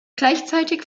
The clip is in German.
gleichzeitig